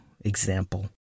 example